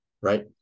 right